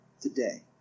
today